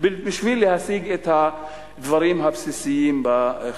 בשביל להשיג את הדברים הבסיסיים בחיים.